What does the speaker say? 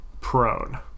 prone